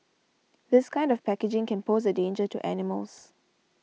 this kind of packaging can pose a danger to animals